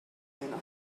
cleaner